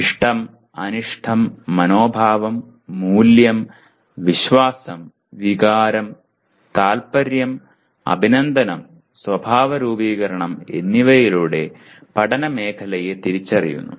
ഇഷ്ടം അനിഷ്ടം മനോഭാവം മൂല്യം വിശ്വാസം വികാരം താൽപ്പര്യം അഭിനന്ദനം സ്വഭാവരൂപീകരണം എന്നിവയിലൂടെ പഠനമേഖലയെ തിരിച്ചറിയുന്നു